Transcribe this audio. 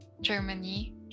Germany